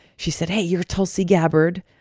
she said, hey, you're tulsi gabbard.